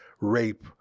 rape